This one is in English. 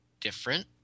different